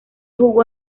jugó